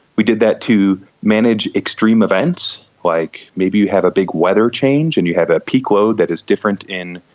we did that to manage extreme events like maybe we have a big weather change and you have a peak load that is different in,